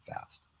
fast